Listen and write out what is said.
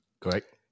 Correct